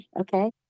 Okay